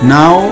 Now